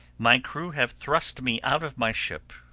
my crew have thrust me out of my ship,